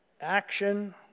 action